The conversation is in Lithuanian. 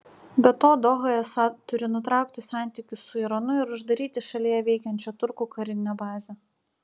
be to doha esą turi nutraukti santykius su iranu ir uždaryti šalyje veikiančią turkų karinę bazę